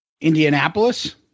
Indianapolis